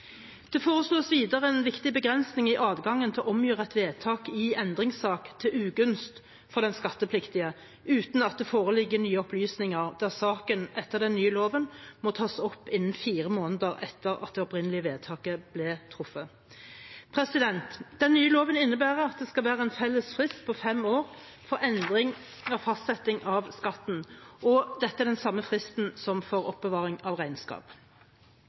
Det foreslås videre en viktig begrensning i adgangen til å omgjøre et vedtak i en endringssak til ugunst for den skattepliktige uten at det foreligger nye opplysninger, der saken etter den nye loven må tas opp innen fire måneder etter at det opprinnelige vedtaket ble truffet. Den nye loven innebærer at det skal være en felles frist på fem år for endring av fastsetting av skatten, og at dette er den samme fristen som for oppbevaring av regnskap.